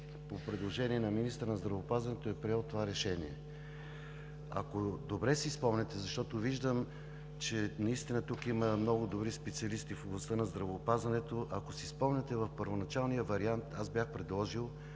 по предложение на министъра на здравеопазването е приел това решение. Ако добре си спомняте, защото виждам, че наистина тук има много добри специалисти в областта на здравеопазването, в първоначалния вариант бях предложил